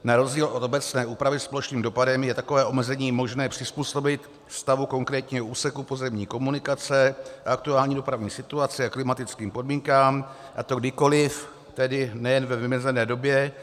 Na rozdíl od obecné úpravy s plošným dopadem je takové omezení možné přizpůsobit stavu konkrétního úseku pozemní komunikace, aktuální dopravní situaci a klimatickým podmínkám, a to kdykoliv, nejen ve vymezené době.